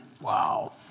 wow